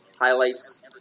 highlights